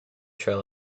trail